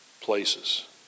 places